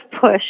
push